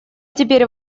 теперь